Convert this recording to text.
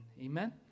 Amen